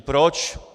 Proč?